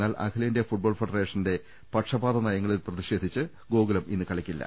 എന്നാൽ അഖിലേന്ത്യാ ഫുട്ബോൾ ഫെഡറേഷന്റെ പക്ഷപാത നയങ്ങളിൽ പ്രതിഷേധിച്ച് ഗോകുലം ഇന്ന് കളിക്കില്ല